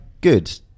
good